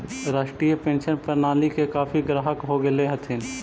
राष्ट्रीय पेंशन प्रणाली के काफी ग्राहक हो गेले हथिन